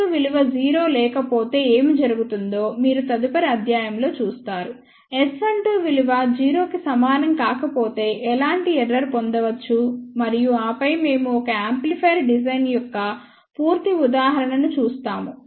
S12 విలువ 0 లేకపోతే ఏమి జరుగుతుందో మీరు తదుపరి అధ్యాయం లో చూస్తారుS12 విలువ 0 కి సమానం కాకపోతే ఎలాంటి ఎర్రర్ పొందవచ్చు మరియు ఆపై మేము ఒక యాంప్లిఫైయర్ డిజైన్ యొక్క పూర్తి ఉదాహరణను చూస్తాము